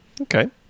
Okay